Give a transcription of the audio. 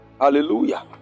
Hallelujah